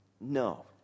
No